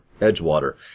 Edgewater